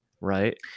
right